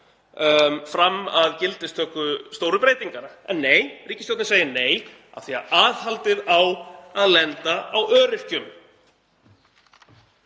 fram að gildistöku stóru breytinganna. En nei, ríkisstjórnin segir nei af því að aðhaldið á að lenda á öryrkjum.